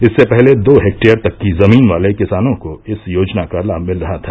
इससे पहले दो हेक्टेयर तक की जमीन वाले किसानों को इस योजना का लाभ मिल रहा था